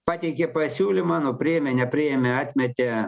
pateikė pasiūlymą nu priėmė nepriėmė atmetė